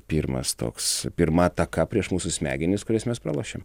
pirmas toks pirma ataka prieš mūsų smegenis kurias mes pralošėm